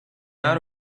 out